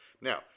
Now